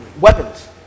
weapons